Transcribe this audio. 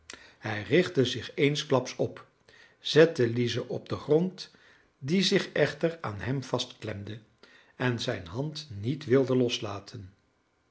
hij richtte zich eensklaps op zette lize op den grond die zich echter aan hem vastklemde en zijn hand niet wilde loslaten